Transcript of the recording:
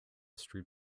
street